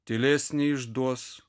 tylės neišduos